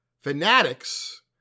Fanatics